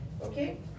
Okay